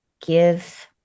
give